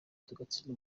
tugatsinda